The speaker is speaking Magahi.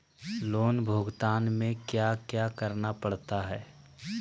लोन भुगतान में क्या क्या करना पड़ता है